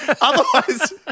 Otherwise